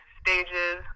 stages